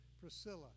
priscilla